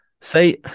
say